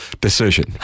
decision